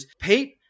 Pete